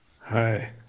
Hi